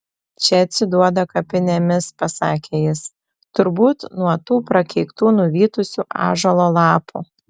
čia atsiduoda kapinėmis pasakė jis turbūt nuo tų prakeiktų nuvytusių ąžuolo lapų